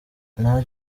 nta